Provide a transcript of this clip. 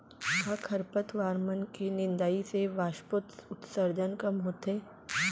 का खरपतवार मन के निंदाई से वाष्पोत्सर्जन कम होथे?